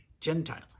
Gentile